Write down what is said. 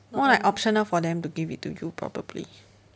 more like optional for them to give it to you probably